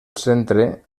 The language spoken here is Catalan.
centre